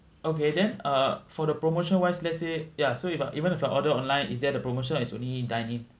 okay then uh for the promotion wise let's say ya so if even if I order online is there the promotion or is only dine in